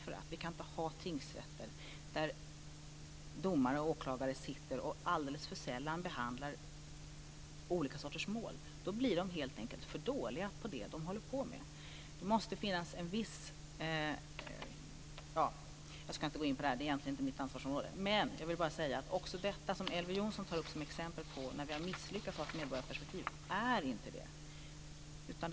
Vi kan inte ha tingsrätter där domare och åklagare alldeles för sällan behandlar olika sorters mål. Då blir de helt enkelt för dåliga på det de håller på med. Jag ska inte gå in mer på det. Det är egentligen inte mitt ansvarsområde. Elver Jonsson tar upp det som exempel på att vi har misslyckats att ha ett medborgarperspektiv. Det är inte ett misslyckande.